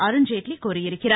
அருண்ஜேட்லி கூறியிருக்கிறார்